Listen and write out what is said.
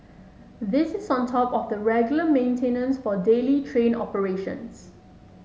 this is on top of the regular maintenance for daily train operations